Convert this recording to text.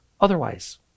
otherwise